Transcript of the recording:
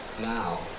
Now